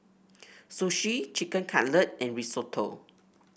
Sushi Chicken Cutlet and Risotto